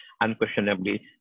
Unquestionably